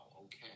okay